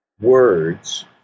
words